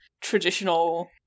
traditional